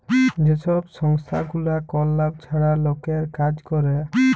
যে ছব সংস্থাগুলা কল লাভ ছাড়া লকের কাজ ক্যরে